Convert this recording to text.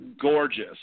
gorgeous